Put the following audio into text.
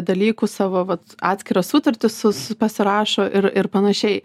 dalykų savo vat atskirą sutartį su s pasirašo ir ir panašiai